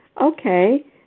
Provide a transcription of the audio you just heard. okay